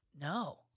No